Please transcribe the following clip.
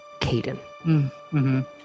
Caden